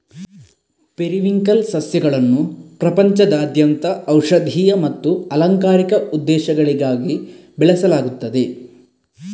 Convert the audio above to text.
periwinkle ಸಸ್ಯಗಳನ್ನು ಪ್ರಪಂಚದಾದ್ಯಂತ ಔಷಧೀಯ ಮತ್ತು ಅಲಂಕಾರಿಕ ಉದ್ದೇಶಗಳಿಗಾಗಿ ಬೆಳೆಸಲಾಗುತ್ತದೆ